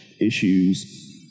issues